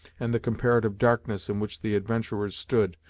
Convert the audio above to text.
and the comparative darkness in which the adventurers stood,